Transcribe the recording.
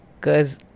cause